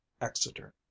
Exeter